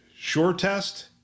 SureTest